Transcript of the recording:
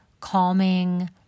calming